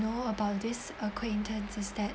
know about this acquaintance is that